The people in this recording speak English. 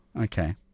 Okay